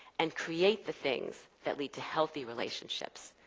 and create the things that lead to healthy relationships,